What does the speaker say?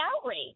outrage